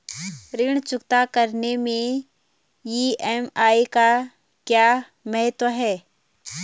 ऋण चुकता करने मैं ई.एम.आई का क्या महत्व है?